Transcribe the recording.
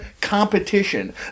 competition